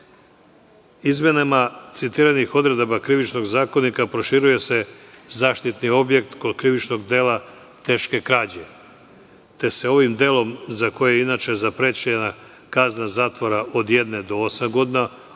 citiranih odredaba Krivičnog zakonika proširuje se zaštitni objekt kod krivičnog dela teške krađe, te se ovim delom za koje je inače zaprećena kazna zatvora od jedne do